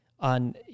on